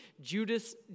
Judas